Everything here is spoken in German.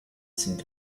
sind